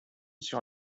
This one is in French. sur